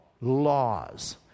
laws